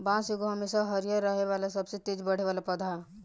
बांस एगो हमेशा हरियर रहे आ सबसे तेज बढ़े वाला पौधा होला